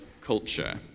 culture